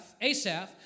Asaph